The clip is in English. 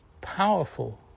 powerful